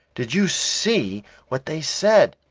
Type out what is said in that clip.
did you see what they said?